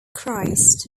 christ